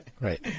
Right